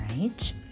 right